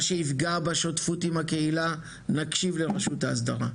מה שיפגע בשותפות עם הקהילה נקשיב לרשות ההסדרה.